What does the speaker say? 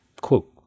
quote